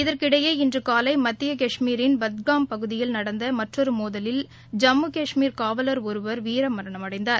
இதற்கிடையே இன்றுகாலைமத்திய கஷ்மீரின் புட்காம் பகுதியில் நடந்தமற்றொருமோதலில் ஜம்மு கஷ்மீர் காவலர் வீரமரணமடைந்தார்